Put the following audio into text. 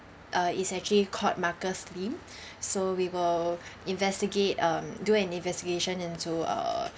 uh is actually called marcus lim so we will investigate um do an investigation into uh